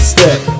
Step